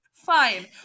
Fine